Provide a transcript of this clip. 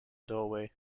doorway